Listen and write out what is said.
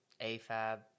AFAB